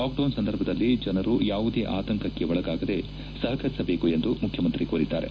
lockdown ಸಂದರ್ಭದಲ್ಲಿ ಜನರು ಯಾವುದೇ ಆತಂಕಕ್ಕೆ ಒಳಗಾಗದೇ ಸಹಕರಿಸಬೇಕೆಂದು ಮುಖ್ಯಮಂತ್ರಿ ಕೋರಿದ್ದಾರೆ